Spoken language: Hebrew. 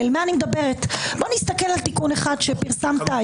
אולי אני מכיר מישהו במרכז הליכוד.